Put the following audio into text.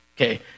Okay